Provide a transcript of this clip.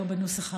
לא בנוסח הרגיל.